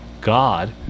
god